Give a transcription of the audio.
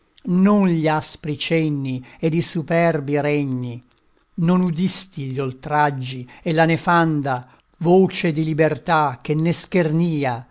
non gli aspri cenni ed i superbi regni non udisti gli oltraggi e la nefanda voce di libertà che ne schernia